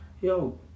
yo